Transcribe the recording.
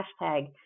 hashtag